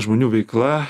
žmonių veikla